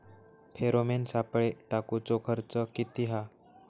Pheromone सापळे टाकूचो खर्च किती हा?